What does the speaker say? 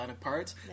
parts